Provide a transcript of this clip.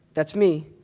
that's me,